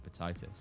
hepatitis